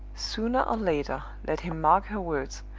sooner or later, let him mark her words,